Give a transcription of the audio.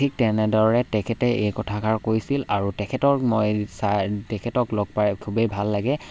ঠিক তেনেদৰে তেখেতে এই কথাষাৰ কৈছিল আৰু তেখেতক মই চাই তেখেতক লগ পাই খুবেই ভাল লাগে